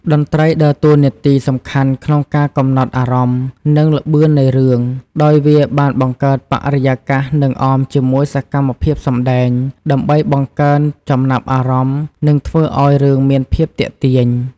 តន្ត្រីដើរតួនាទីសំខាន់ក្នុងការកំណត់អារម្មណ៍ និងល្បឿននៃរឿង ដោយវាបានបង្កើតបរិយាកាស និងអមជាមួយសកម្មភាពសម្តែង ដើម្បីបង្កើនចំណាប់អារម្មណ៍ និងធ្វើឲ្យរឿងមានភាពទាក់ទាញ។